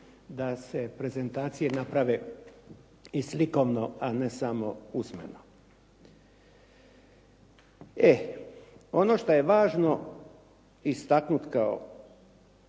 da se prezentacije naprave i slikovno, a ne samo usmeno. E ono što je važno istaknuti kao